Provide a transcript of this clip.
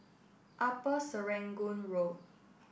Upper Serangoon Road